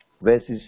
verses